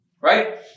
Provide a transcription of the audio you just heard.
right